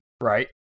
right